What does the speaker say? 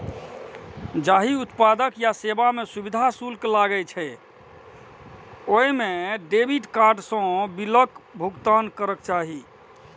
जाहि उत्पाद या सेवा मे सुविधा शुल्क लागै छै, ओइ मे डेबिट कार्ड सं बिलक भुगतान करक चाही